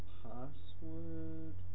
password